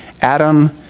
Adam